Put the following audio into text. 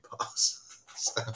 Pass